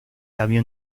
cambió